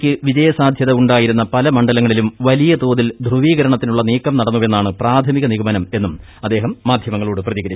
ക്ക് വിജയസാധൃത ഉണ്ടായിരുന്ന പല മണ്ഡലങ്ങളിലും വലിയ തോതിൽ ധ്രുവീകരണത്തിനുള്ള നീക്കം നടന്നുവെന്നാണ് പ്രാഥമിക നിഗമനം എന്നും അദ്ദേഹം മാധ്യമങ്ങളോട് പ്രതികരിച്ചു